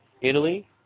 Italy